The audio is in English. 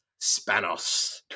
Spanos